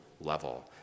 level